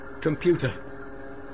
Computer